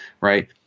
right